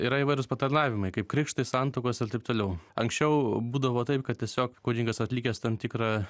yra įvairūs patarnavimai kaip krikšto santuokos ir taip toliau anksčiau būdavo taip kad tiesiog kunigas atlikęs tam tikrą